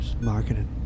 marketing